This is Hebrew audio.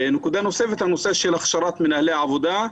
נקודה נוספת, הכשרת מנהלי עבודה.